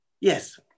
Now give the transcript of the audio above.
yes